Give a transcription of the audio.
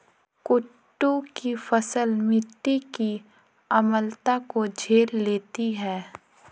कुट्टू की फसल मिट्टी की अम्लता को झेल लेती है